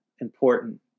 important